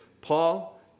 Paul